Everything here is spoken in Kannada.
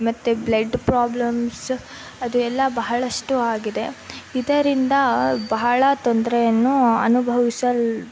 ಮತ್ತೆ ಬ್ಲಡ್ ಪ್ರಾಬ್ಲಮ್ಸ್ ಅದು ಎಲ್ಲ ಬಹಳಷ್ಟು ಆಗಿದೆ ಇದರಿಂದ ಬಹಳ ತೊಂದರೆಯನ್ನು ಅನುಭವಿಸಲ್